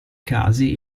casi